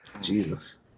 jesus